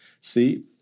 See